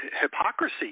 hypocrisy